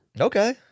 Okay